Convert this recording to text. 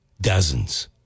dozens